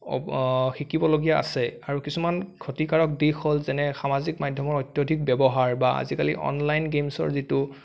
শিকিবলগীয়া আছে আৰু কিছুমান ক্ষতিকাৰক দিশ হ'ল যেনে সামাজিক মাধ্যমৰ অত্যাধিক ব্যৱহাৰ বা আজিকালি অনলাইন গেমছৰ যিটো